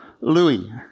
Louis